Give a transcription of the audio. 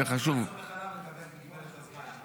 זה חשוב --- אני גם סומך עליו שתקבל את מסגרת הזמן.